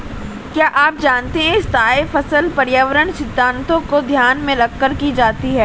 क्या आप जानते है स्थायी फसल पर्यावरणीय सिद्धान्तों को ध्यान में रखकर की जाती है?